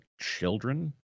children